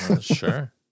Sure